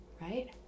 right